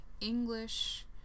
English